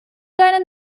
deine